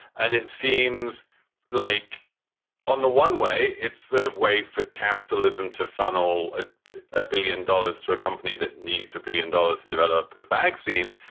and it seems like on the one way, it's the way for capitalism to funnel a a billion dollars to a company that needs a billion dollars to develop a vaccine.